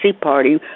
party